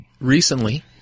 recently